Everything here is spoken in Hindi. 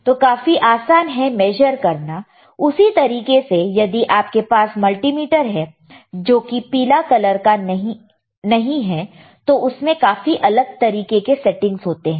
तो काफी आसान है मेशर करना उसी तरीके से यदि आपके पास मल्टीमीटर है जोकि पीला कलर का नहीं है तो उसमें काफी अलग तरीके के सेटिंग्स होते हैं